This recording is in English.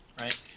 right